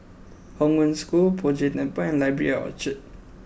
Hong Wen School Poh Jay Temple and Library at Orchard